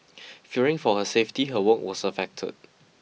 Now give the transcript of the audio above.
fearing for her safety her work was affected